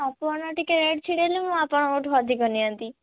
ଆପଣ ଟିକିଏ ରେଟ୍ ଛିଡ଼େଇଲେ ମୁଁ ଆପଣଙ୍କଠୁ ଅଧିକ ନିଅନ୍ତି